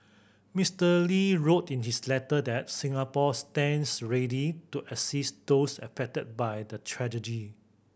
Mister Lee wrote in his letter that Singapore stands ready to assist those affected by the tragedy